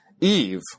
Eve